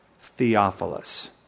Theophilus